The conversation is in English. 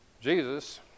Jesus